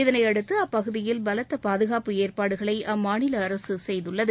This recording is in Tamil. இதனையடுத்து அப்பகுதியில் பலத்த பாதுகாப்பு ஏற்பாடுகளை அம்மாநில அரசு செய்துள்ளது